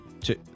two